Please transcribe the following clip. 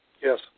Yes